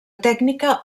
tècnica